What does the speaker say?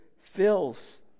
fills